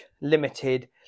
limited